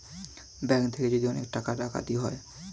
bank থেকে যদি অনেক টাকা ডাকাতি হয়